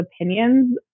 opinions